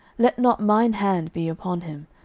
let not mine hand be upon him,